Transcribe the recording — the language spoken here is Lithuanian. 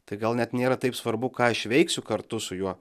tai gal net nėra taip svarbu ką aš veiksiu kartu su juo